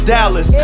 Dallas